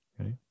Okay